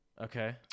Okay